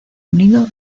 unido